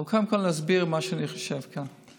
אבל קודם כול אסביר את מה שאני חושב כאן.